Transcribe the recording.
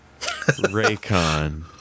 raycon